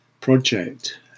project